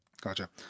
Gotcha